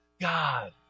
God